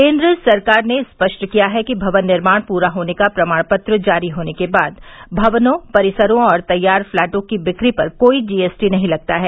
केन्द्र सरकार ने स्पष्ट किया है कि भवन निर्माण पूरा होने का प्रमाण पत्र जारी होने के बाद भवनों परिसरों और तैयार फ्लैटों की बिक्री पर कोई जीएसटी नहीं लगता है